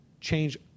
change